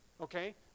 Okay